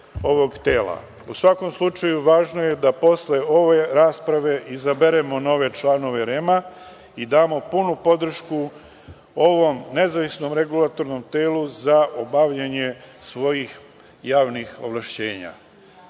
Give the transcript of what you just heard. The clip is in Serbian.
svakom slučaju, važno je da posle ove rasprave izaberemo nove članove REM-a i damo punu podršku ovom nezavisnom regulatornom telu za bavljenje svojih javnih ovlašćenja.